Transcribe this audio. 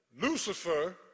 Lucifer